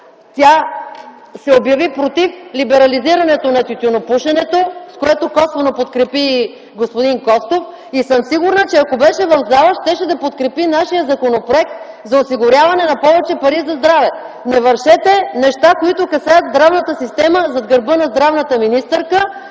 Тя се обяви против либерализирането на тютюнопушенето, с което косвено подкрепи господин Костов. Сигурна съм, че ако беше в залата, щеше да подкрепи нашия законопроект за осигуряване на повече пари за здраве. Не вършете неща, които касаят здравната система, зад гърба на здравната министърка!